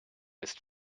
ist